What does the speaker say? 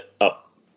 up